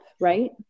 right